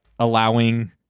allowing